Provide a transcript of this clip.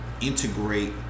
integrate